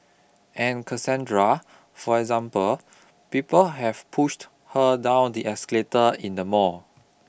and Cassandra for example people have pushed her daw the escalator in the mall